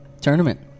tournament